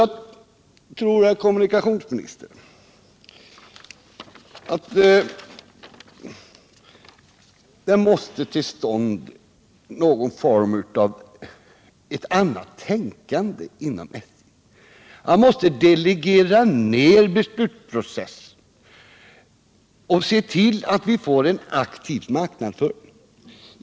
Jag tror, herr kommunikationsminister, att det inom SJ måste komma till stånd någon form av annat tänkande. SJ måste delegera ner beslutsprocessen och se till att företaget får en aktiv marknadsföring.